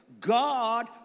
God